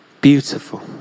Beautiful